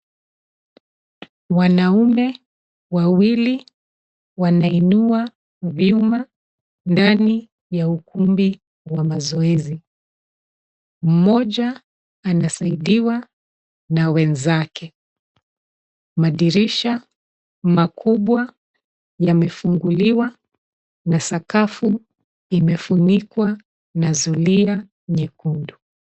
Wanaume wawili wanainua bima ndani ya ukumbi wa mazoezi. Mmoja anasaidiwa na wenzake. Madirisha makubwa yamefunguliwa, na sakafu imefunikwa na zulia nyekundu.